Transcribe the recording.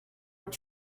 were